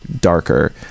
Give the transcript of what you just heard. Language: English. darker